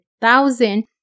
thousand